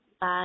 bye